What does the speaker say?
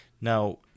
Now